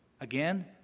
Again